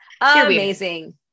amazing